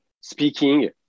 speaking